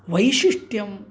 वैशिष्ट्यम्